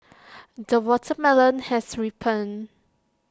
the watermelon has ripened